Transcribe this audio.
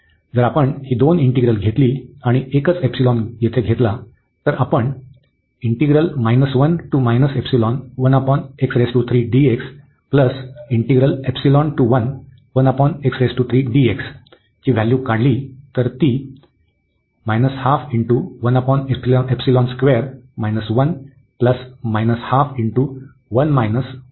जर आपण ही दोन इंटिग्रल घेतली आणि एकच एपसिलॉन येथे घेतला तर आपण ची व्हॅल्यू काढली तर ती